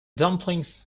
dumplings